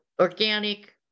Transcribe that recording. organic